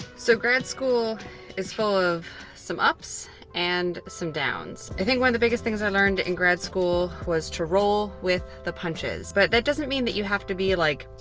so grad school is full of some ups and some downs. i think one of the biggest things i learned in grad school was to roll with the punches. but that doesn't mean that you have to be, like,